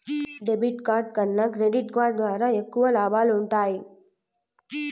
debit card కన్నా credit card ద్వారా ఎక్కువ లాబాలు వుంటయ్యి